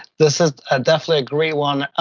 this is ah definitely a great one.